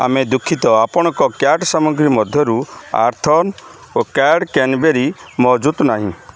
ଆମେ ଦୁଃଖିତ ଆପଣଙ୍କର କାର୍ଟ୍ ସାମଗ୍ରୀଗୁଡ଼ିକ ମଧ୍ୟରୁ ଆର୍ଥ୍ଅନ୍ ଡ୍ରାଏଡ଼୍ କ୍ରାନ୍ବେରୀ ମହଜୁଦ ନାହିଁ